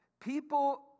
People